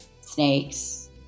snakes